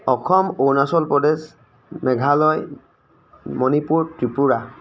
Assam Arunachal Pradesh Meghalaya Manipur Tripura